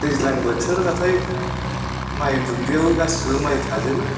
दैज्लां बोथोरबाथाय माइ दुब्लियाव गासैबो माइ थाजोबो